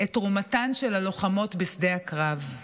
את תרומתן של הלוחמות בשדה הקרב.